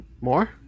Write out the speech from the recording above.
More